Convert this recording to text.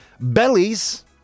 bellies